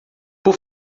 por